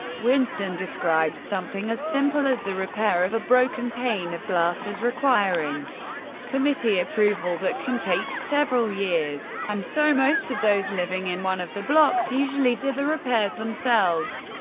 winston describes something as simple as the repair of a broken pane of glass as requiring committee approval that can take several years and so most of those living in one of the blocks usually do the repairs themselves.